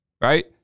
Right